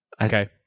Okay